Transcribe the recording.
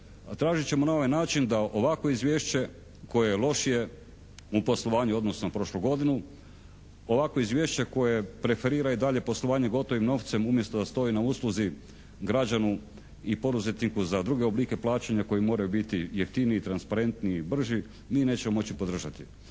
tražit ćemo na ovaj način da ovakvo izvješće koje je lošije u poslovanju u odnosu na prošlu godinu, ovakvo izvješće koje preferira i dalje poslovanje gotovim novcem umjesto da stoji na usluzi građaninu i poduzetniku za druge oblike plaćanja koji moraju biti jeftiniji, transparentniji i brži mi nećemo moći podržati.